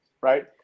right